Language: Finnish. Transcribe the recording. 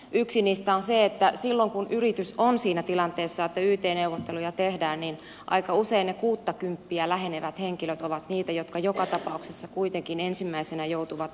yksi niistä on se että silloin kun yritys on siinä tilanteessa että yt neuvotteluja tehdään niin aika usein ne kuuttakymppiä lähenevät henkilöt ovat niitä jotka joka tapauksessa kuitenkin ensimmäisenä joutuvat ulos